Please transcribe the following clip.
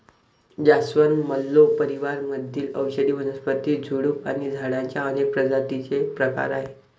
जास्वंद, मल्लो परिवार मधील औषधी वनस्पती, झुडूप आणि झाडांच्या अनेक प्रजातींचे प्रकार आहे